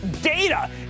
data